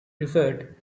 referred